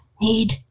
need